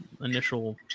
initial